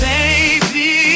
Baby